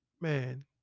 Man